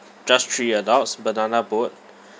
just three adults banana boat